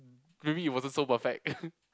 maybe it wasn't so perfect